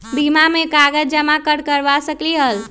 बीमा में कागज जमाकर करवा सकलीहल?